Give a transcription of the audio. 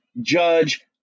Judge